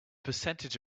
percentage